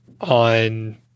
on